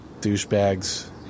douchebags